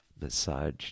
massage